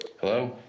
Hello